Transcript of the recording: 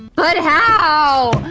but how?